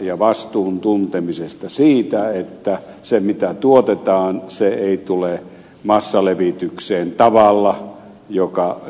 ja vastuun tuntemisesta siitä että se mitä tuotetaan ei tule massalevitykseen tavalla joka